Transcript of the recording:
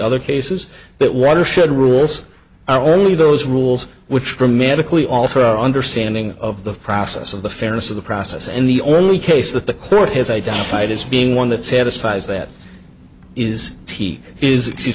other cases that water should rules are only those rules which dramatically alter our understanding of the process of the fairness of the process and the only case that the court has identified as being one that satisfies that is t is